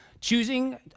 choosing